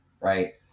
right